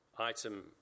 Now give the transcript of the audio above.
item